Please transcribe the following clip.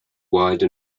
wide